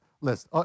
list